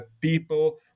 people